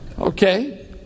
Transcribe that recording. Okay